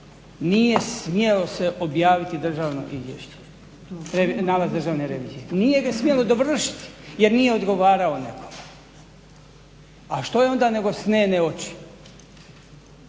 nije smjelo se objaviti nalaz Državne revizije. Nije ga se smjelo dovršiti jer nije odgovaralo nekome. A što je onda nego snene oči?